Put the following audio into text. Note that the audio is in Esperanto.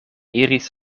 iris